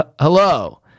Hello